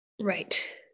right